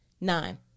Nine